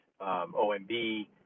OMB